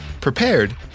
prepared